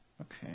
Okay